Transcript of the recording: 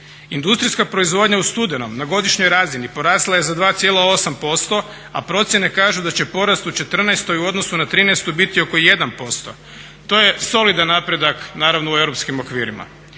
Industrijska proizvodnja u studenom na godišnjoj razini porasla je za 2,8% a procjene kažu da će porast u '14. u odnosu na '13. biti oko 1%. To je solidan napredak naravno u europskih okvirima.